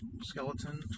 Skeleton